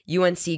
UNC